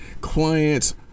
clients